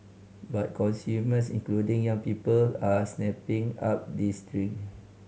but consumers including young people are snapping up these drink